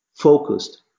focused